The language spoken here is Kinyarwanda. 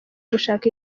gushaka